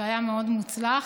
והיה מאוד מוצלח.